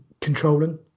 controlling